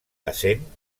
essent